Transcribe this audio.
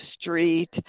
Street